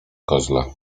koźle